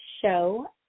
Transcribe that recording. show